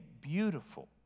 beautiful